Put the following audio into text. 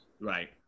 right